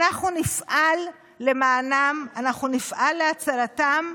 אנחנו נפעל למענם, אנחנו נפעל להצלתם,